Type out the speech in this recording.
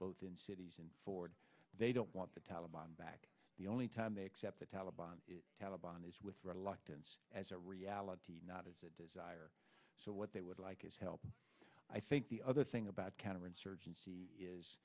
both in cities and forward they don't want the taliban back the only time they accept the taliban taliban is with reluctance as a reality not as a desire so what they would like is help and i think the other thing about counterinsurgency is